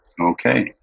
Okay